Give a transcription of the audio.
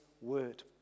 word